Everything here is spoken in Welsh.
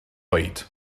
oed